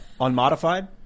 Unmodified